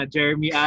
Jeremy